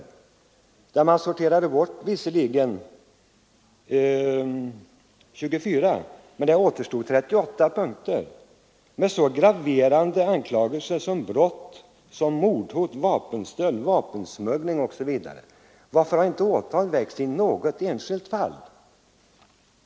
Visserligen sorterade man bort 24, men det återstod 38 punkter med så graverande anklagelser för brott som mordhot, vapenstöld och vapensmuggling. Varför har inte åtal väckts i något enda fall?